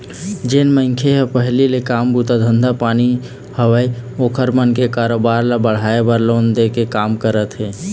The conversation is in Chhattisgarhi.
जेन मनखे के पहिली ले काम बूता धंधा पानी हवय ओखर मन के कारोबार ल बढ़ाय बर लोन दे के काम करत हे